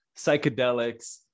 psychedelics